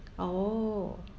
oh